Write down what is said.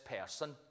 person